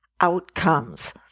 outcomes